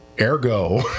ergo